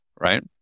right